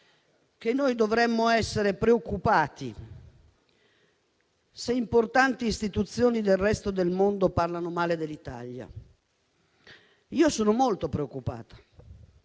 che dovremmo essere preoccupati, se importanti istituzioni del resto del mondo parlassero male dell'Italia. Io sono molto preoccupata,